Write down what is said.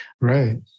Right